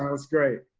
um it's great.